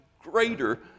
greater